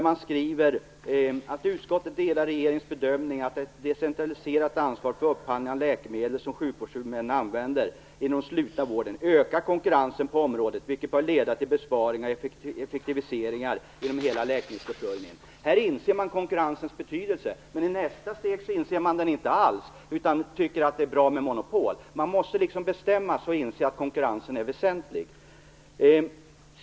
Man skriver: "Utskottet delar regeringens bedömning att ett centraliserat ansvar för upphandlingen av läkemedel som sjukvårdshuvudmännen använder inom den slutna vården ökar konkurrensen på området, vilket bör leda till besparingar och effektiviseringar inom hela läkemedelsförsörjningen." Här inser man konkurrensens betydelse, men i nästa steg inser man det inte alls utan tycker att det är bra med monopol. Man måste bestämma sig och inse att konkurrensen är väsentlig.